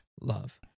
love